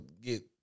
get